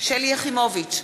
שלי יחימוביץ,